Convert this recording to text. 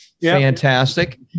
Fantastic